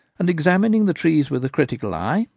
and, examining the trees with critical eye,